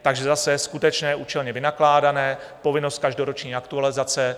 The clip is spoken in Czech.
Takže zase skutečné účelně vynakládané, povinnost každoroční aktualizace.